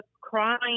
crying